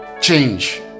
change